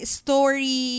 story